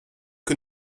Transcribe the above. que